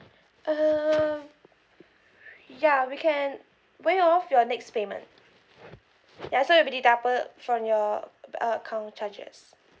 um ya we can waive off your next payment ya so it'll be deducted from your uh account charges